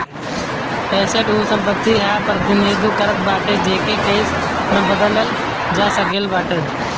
asset उ संपत्ति कअ प्रतिनिधित्व करत बाटे जेके कैश में बदलल जा सकत बाटे